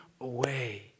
away